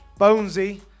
Bonesy